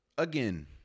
Again